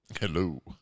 Hello